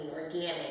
organic